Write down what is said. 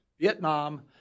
Vietnam